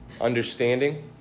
understanding